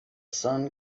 sun